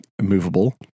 movable